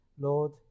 Lord